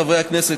חברי הכנסת,